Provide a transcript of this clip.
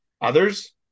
Others